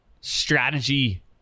strategy